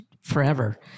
forever